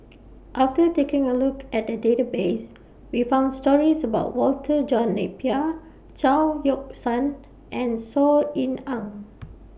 after taking A Look At The Database We found stories about Walter John Napier Chao Yoke San and Saw Ean Ang